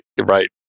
Right